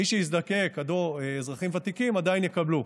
מי שיזדקקו, האזרחים הוותיקים, עדיין יקבלו.